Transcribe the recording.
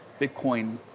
Bitcoin